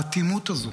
האטימות הזו,